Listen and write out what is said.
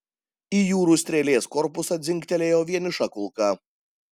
į jūrų strėlės korpusą dzingtelėjo vieniša kulka